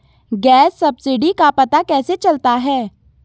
Gas subsidy का पता कैसे चलता है?